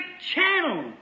channel